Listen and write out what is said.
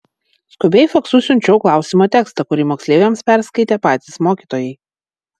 skubiai faksu siunčiau klausymo tekstą kurį moksleiviams perskaitė patys mokytojai